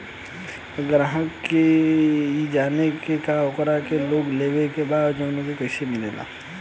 ग्राहक के ई जाने के बा की ओकरा के लोन लेवे के बा ऊ कैसे मिलेला?